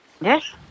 Yes